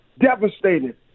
devastated